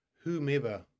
whomever